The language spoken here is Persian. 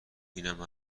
اینم